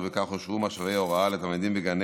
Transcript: ובכך הושוו משאבי ההוראה לתלמידים בגני